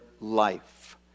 life